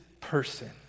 person